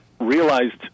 realized